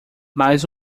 mas